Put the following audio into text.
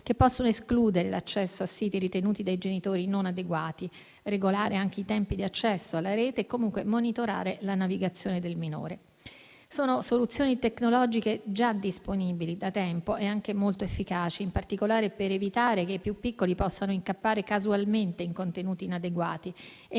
che possono escludere l'accesso a siti ritenuti non adeguati dai genitori, regolare anche i tempi di accesso alla rete e comunque monitorare la navigazione del minore. Sono soluzioni tecnologiche già disponibili da tempo e anche molto efficaci, in particolare per evitare che i più piccoli possano incappare casualmente in contenuti inadeguati e,